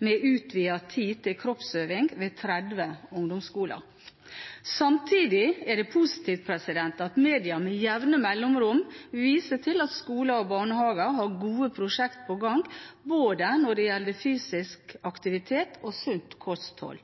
med utvidet tid til kroppsøving ved 30 ungdomsskoler. Samtidig er det positivt at media med jevne mellomrom viser til at skoler og barnehager har gode prosjekter på gang når det gjelder både fysisk aktivitet og sunt kosthold.